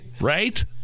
right